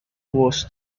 was